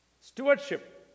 Stewardship